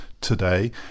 today